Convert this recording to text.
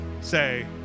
Say